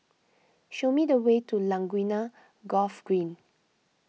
show me the way to Laguna Golf Green